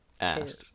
asked